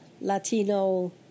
Latino